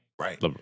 right